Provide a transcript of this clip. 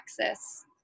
access